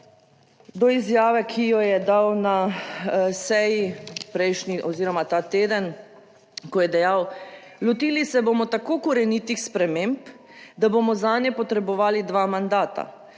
do izjave, ki jo je dal na seji prejšnji oziroma ta teden, ko je dejal, "lotili se bomo tako korenitih sprememb, da bomo zanje potrebovali dva mandata,